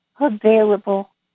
available